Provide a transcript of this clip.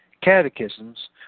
catechisms